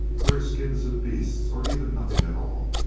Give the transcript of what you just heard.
wear skins of beasts, or even nothing at all,